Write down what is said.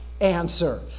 answer